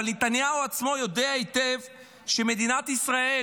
אבל נתניהו עצמו יודע היטב שמדינת ישראל